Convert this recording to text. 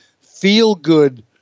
feel-good